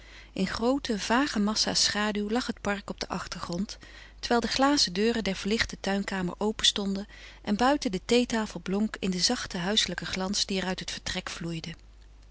in groote vage massa's schaduw lag het park op den achtergrond terwijl de glazen deuren der verlichte tuinkamer openstonden en buiten de theetafel blonk in den zachten huiselijken glans die er uit het vertrek vloeide